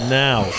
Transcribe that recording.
now